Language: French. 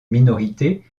minorités